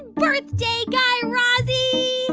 unbirthday, guy razzie